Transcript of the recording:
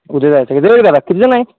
उद्या जायचं किती जणं आहे